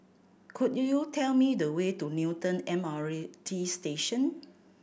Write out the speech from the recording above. could you tell me the way to Newton M R A T Station